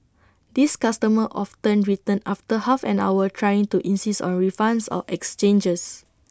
these customers often return after half an hour trying to insist on refunds or exchanges